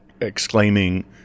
exclaiming